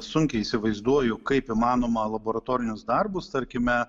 sunkiai įsivaizduoju kaip įmanoma laboratorinius darbus tarkime